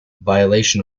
violation